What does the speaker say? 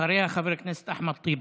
אחריה חבר הכנסת אחמד טיבי.